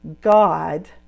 God